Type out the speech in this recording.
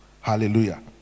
Hallelujah